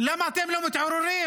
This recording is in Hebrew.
למה אתם לא מתעוררים?